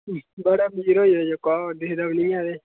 बड़ा मीर होई दा जोका ओह् दिखदा बी निं ऐ ते